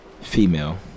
female